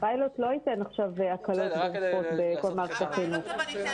הפיילוט לא ייתן עכשיו הקלות בכל מערכת החינוך.